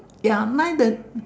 ya mine the